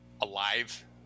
alive